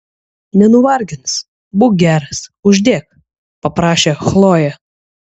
nenuvargins būk geras uždėk paprašė chlojė